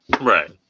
Right